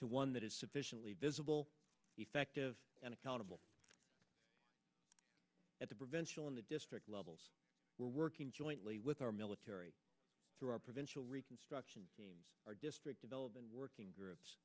to one that is sufficiently visible effective and accountable at the provincial in the district levels we're working jointly with our military through our provincial reconstruction teams our district development working groups